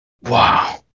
Wow